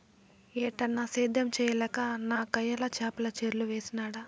ఏటన్నా, సేద్యం చేయలేక నాకయ్యల చేపల చెర్లు వేసినాడ